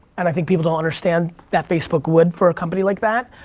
and i think people don't understand that facebook would for a company like that.